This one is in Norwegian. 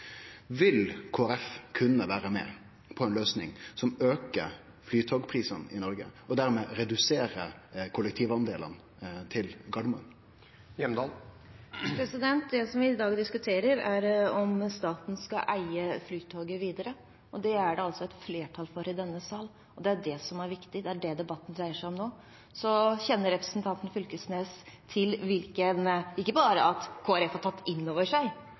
Vil Kristeleg Folkeparti kunne vere med på ei løysing som aukar prisen på Flytoget i Noreg, og dermed reduserer talet på kollektivreisande til Gardermoen. Det vi i dag diskuterer, er om staten skal eie Flytoget videre. Det er det et flertall for i denne sal, det er det som er viktig, og det er det denne debatten dreier seg om nå. Så kjenner representanten Knag Fylkesnes ikke bare til at Kristelig Folkeparti har tatt inn over seg